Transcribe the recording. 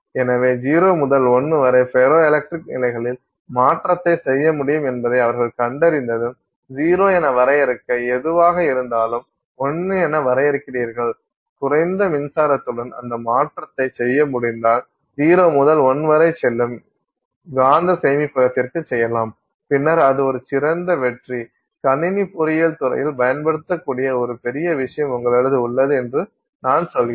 எனவே 0 முதல் 1 வரை ஃபெரோ எலக்ட்ரிக் நிலைகளில் மாற்றத்தை செய்ய முடியும் என்பதை அவர்கள் கண்டறிந்ததும் 0 என வரையறுக்க எதுவாக இருந்தாலும் 1 என வரையறுக்கிறீர்கள் குறைந்த மின்சாரத்துடன் அந்த மாற்றத்தை செய்ய முடிந்தால் 0 முதல் 1 வரை செல்லும் காந்த சேமிப்பகத்திற்கு செய்யலாம் பின்னர் அது ஒரு சிறந்த வெற்றி கணினி பொறியியல் துறையில் பயன்படுத்தக்கூடிய ஒரு பெரிய விஷயம் உங்களிடம் உள்ளது என்று நான் சொல்கிறேன்